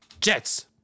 Jets